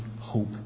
hope